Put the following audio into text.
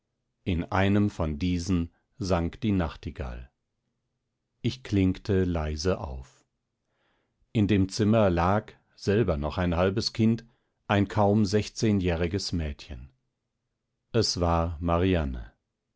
in einem von diesen sang die nachtigall ich klinkte leise auf in dem zimmer lag selber noch ein halbes kind ein kaum sechzehnjähriges mädchen es war marianne